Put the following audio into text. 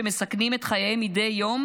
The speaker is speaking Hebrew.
שמסכנים את חייהם מדי יום,